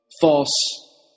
false